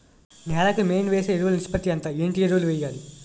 నేల కి మెయిన్ వేసే ఎరువులు నిష్పత్తి ఎంత? ఏంటి ఎరువుల వేయాలి?